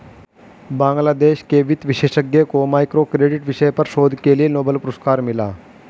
बांग्लादेश के वित्त विशेषज्ञ को माइक्रो क्रेडिट विषय पर शोध के लिए नोबेल पुरस्कार मिला